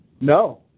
no